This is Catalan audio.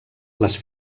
les